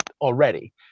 already